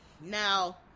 now